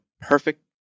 Perfect